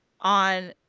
on